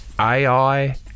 AI